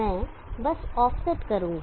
मैं बस ऑफसेट करूंगा